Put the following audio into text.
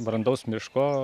brandaus miško